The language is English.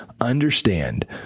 understand